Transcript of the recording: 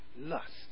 lust